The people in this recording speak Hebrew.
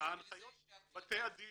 בתי הדין,